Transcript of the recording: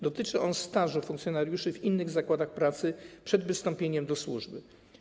Dotyczy on stażu funkcjonariuszy w innych zakładach pracy przed wstąpieniem do służby.